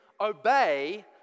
obey